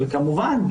וכמובן,